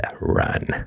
run